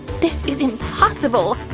this is impossible.